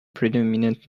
predominant